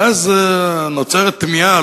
ואז נוצרת תמיהה.